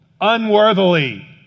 Unworthily